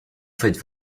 faites